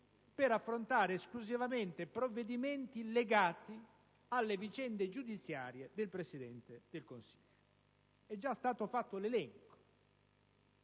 per affrontare esclusivamente provvedimenti legati alle vicende giudiziarie del Presidente del Consiglio. È già stato fatto l'elenco